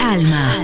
Alma